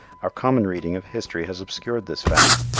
our common reading of history has obscured this fact.